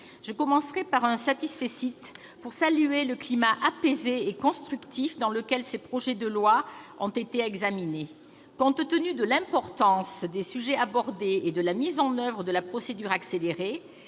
je commencerai par un satisfecit, pour saluer le climat apaisé et constructif dans lequel ces deux textes ont été examinés. Compte tenu de l'importance des sujets abordés et de la mise en oeuvre de la procédure accélérée,